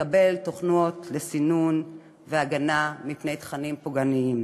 לקבל תוכנות לסינון והגנה מפני תכנים פוגעניים.